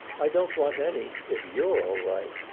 i don't want any if you're all right.